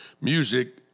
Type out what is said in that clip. music